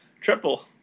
triple